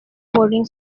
boarding